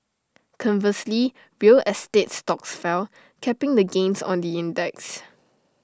conversely real estate stocks fell capping the gains on the index